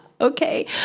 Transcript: okay